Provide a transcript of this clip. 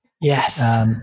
Yes